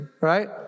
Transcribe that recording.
right